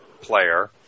player